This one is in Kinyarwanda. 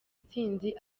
ntsinzi